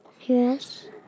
Yes